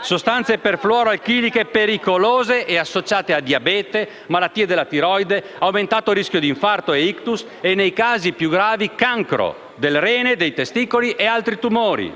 sostanze perfluoroalchiliche (PFAS) pericolose e associate a diabete, malattie della tiroide, aumentato rischio di infarto e *ictus* e, nei casi più gravi, cancro del rene, dei testicoli e altri tumori.